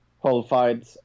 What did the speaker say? qualified